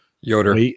yoder